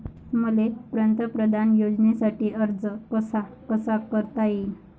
मले पंतप्रधान योजनेसाठी अर्ज कसा कसा करता येईन?